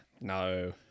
No